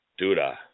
Duda